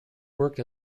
worked